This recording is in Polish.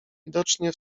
widocznie